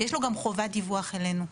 יש לו גם חובת דיווח אלינו.